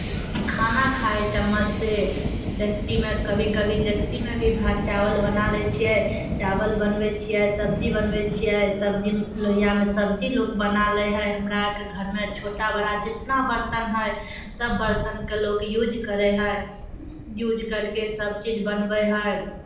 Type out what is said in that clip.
खाना खाय चम्मचसँ डेकचीमे कभी कभी डेकचीमे भी भात चावल बना लैत छियै चावल बनबै छियै सबजी बनबै छियै सबजी लोहियामे सबजी लोक बना लै हइ हमरा अरके घरमे छोटा बड़ा जितना बरतन हइ सभ बरतनके लोक यूज करैत हइ यूज करि कऽ सभचीज बनबै हइ